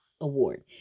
award